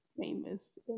famous